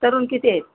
तरुण किती आहेत